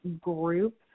group